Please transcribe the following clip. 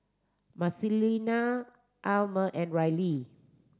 Marcelina Almer and Rylee